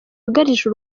yugarije